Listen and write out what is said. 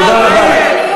תודה רבה.